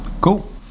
Cool